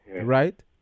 Right